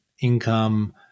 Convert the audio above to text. income